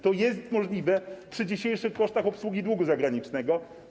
To jest możliwe przy dzisiejszych kosztach obsługi długu zagranicznego.